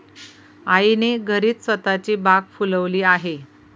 आईने घरीच स्वतःची बाग फुलवली आहे